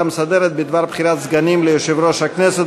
המסדרת בדבר בחירת סגנים ליושב-ראש הכנסת.